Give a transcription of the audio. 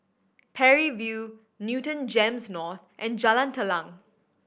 Parry View Newton GEMS North and Jalan Telang